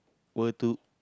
were to